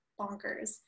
bonkers